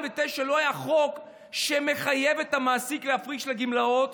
לא היה חוק שמחייב את המעסיק להפריש לגמלאות,